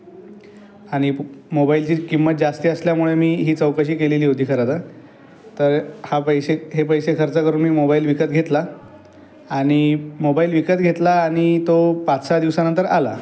आणि मोबाईलची किंमत जास्ती असल्यामुळे मी ही चौकशी केलेली होती खरं तर तर हा पैसे हे पैसे खर्च करून मी मोबाईल विकत घेतला आणि मोबाईल विकत घेतला आणि तो पाचसहा दिवसानंतर आला